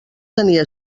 tenia